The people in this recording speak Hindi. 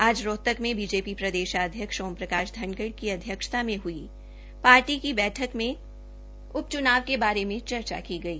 आज रोहतक में बीजेपी प्रदेशाध्यक्ष ओमप्रकाश धनखड़ की अध्यक्षता में हई पार्टी की बैठक में उपच्नाव के बारे में चर्चा की गई